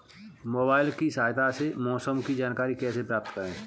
Mobile की सहायता से मौसम की जानकारी कैसे प्राप्त करें?